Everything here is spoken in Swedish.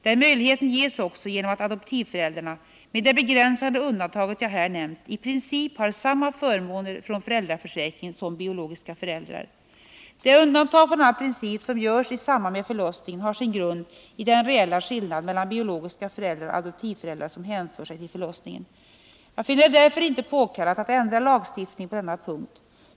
Den möjligheten ges också genom att adoptivföräldrarna — med det begränsade undantag jag här nämnt — i princip har samma förmåner från föräldraförsäkringen som biologiska föräldrar. Det undantag från denna princip som görs i samband med förlossningen har sin grund i den reella skillnad mellan biologiska föräldrar och adoptivföräldrar som hänför sig till förlossningen. Jag finner det därför inte påkallat att ändra lagstiftningen på denna punkt.